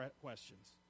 questions